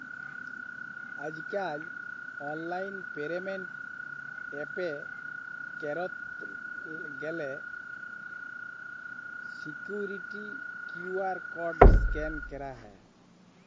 আজ কাল online payment এ পে ক্যরত গ্যালে সিকুইরিটি কিউ.আর কড স্ক্যান ক্যরা হ্য়